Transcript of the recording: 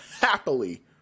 happily